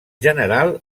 general